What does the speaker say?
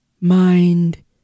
Mind